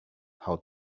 how